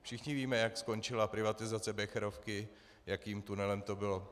Všichni víme, jak skončila privatizace Becherovky, jakým tunelem to bylo.